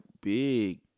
big